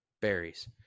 berries